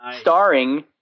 Starring